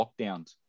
lockdowns